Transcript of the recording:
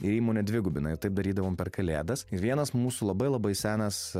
ir įmonė dvigubina ir taip darydavom per kalėdas ir vienas mūsų labai labai senas